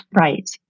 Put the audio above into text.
Right